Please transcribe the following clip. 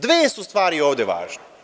Dve su stvari ovde važne.